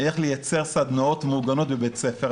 איך לייצר סדנאות מוגנות בבית ספר,